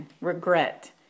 regret